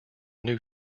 new